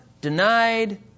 denied